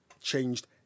changed